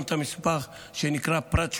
גם את הנספח שנקרא "פרט 17",